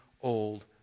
old